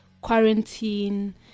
quarantine